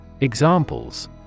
Examples